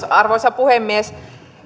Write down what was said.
arvoisa puhemies